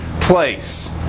place